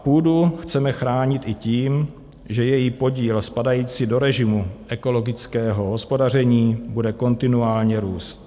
Půdu chceme chránit i tím, že její podíl spadající do režimu ekologického hospodaření bude kontinuálně růst.